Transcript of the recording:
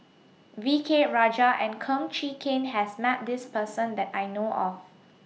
V K Rajah and Kum Chee Kin has Met This Person that I know of